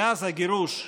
מאז הגירוש,